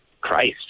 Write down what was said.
Christ